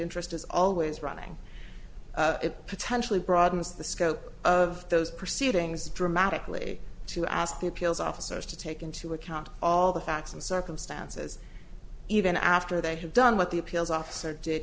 interest is always running potentially broadens the scope of those proceedings dramatically to ask the appeals officers to take into account all the facts and circumstances even after they have done what the appeals officer did